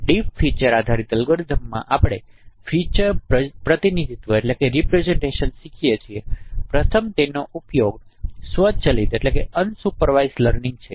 deep feature આધારિત અલ્ગોરિધમનોમાં આપણે ફીચર પ્રતિનિધિત્વ શીખીએ છીએ પ્રથમ તેનો ઉપયોગ સ્વચલિત લર્નિંગ છે